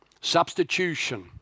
Substitution